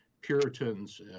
Puritans